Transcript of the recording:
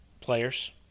players